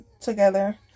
together